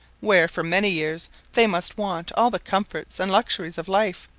where for many years they must want all the comforts and luxuries of life,